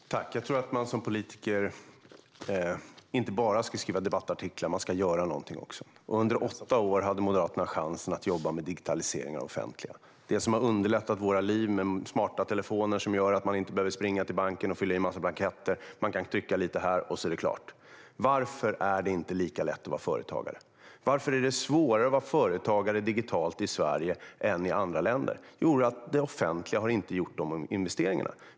Fru talman! Jag tror att man som politiker inte bara ska skriva debattartiklar; man ska göra någonting också. Under åtta år hade Moderaterna chansen att jobba med digitalisering av det offentliga. Det har underlättat våra liv med till exempel smarta telefoner som gör att man inte behöver springa till banken och fylla i en massa blanketter. Man kan trycka lite här så är det klart. Varför är det inte lika lätt att vara företagare? Varför är det svårare att vara företagare digitalt i Sverige än i andra länder? Det beror på att det offentliga inte har gjort dessa investeringar.